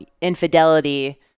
infidelity